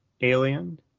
alien